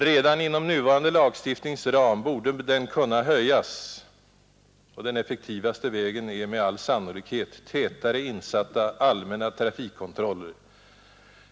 Redan inom nuvarande lagstiftnings ram borde den kunna höjas, och den effektivaste vägen är med all sannolikhet tätare insatta allmänna trafikkontroller.